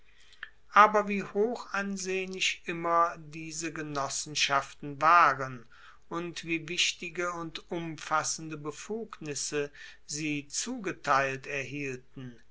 aber wie hochansehnlich immer diese genossenschaften waren und wie wichtige und umfassende befugnisse sie zugeteilt erhielten